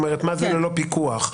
מה זה "ללא פיקוח"?